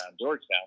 Georgetown